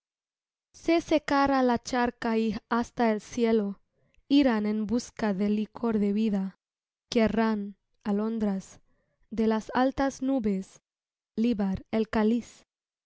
se secará la charca y hasta el cielo irán en busca de licor de vida querrán alondras de las altas nubes libar el cáliz